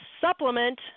supplement